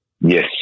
Yes